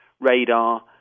radar